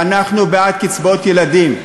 באופוזיציה, אנחנו בעד קצבאות ילדים.